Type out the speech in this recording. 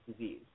disease